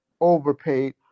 overpaid